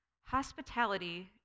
Hospitality